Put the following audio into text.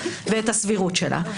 ואת הסבירות שלה.